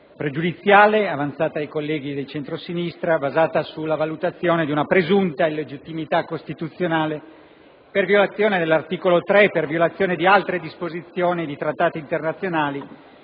pregiudiziali avanzate dai colleghi del centrosinistra, basate sulla valutazione di una presunta illegittimità costituzionale per violazione dell'articolo 3 della Costituzione, di altre disposizioni di Trattati internazionali